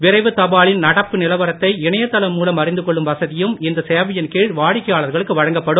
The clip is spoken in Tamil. விரைவுத் தபாலின் நடப்பு நிலவரத்தை இணையதளம் மூலம் அறிந்து கொள்ளும் வசதியும் இந்த சேவையின் கீழ் வாடிக்கையாளர்களுக்கு வழங்கப்படும்